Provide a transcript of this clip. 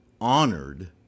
honored